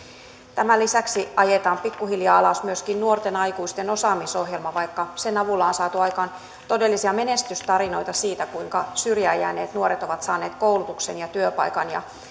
tämän lisäksi ajetaan pikkuhiljaa alas myöskin nuorten aikuisten osaamisohjelma vaikka sen avulla on saatu aikaan todellisia menestystarinoita siitä kuinka syrjään jääneet nuoret ovat saaneet koulutuksen ja työpaikan ja